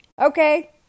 Okay